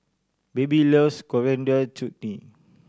baby loves Coriander Chutney